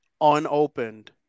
unopened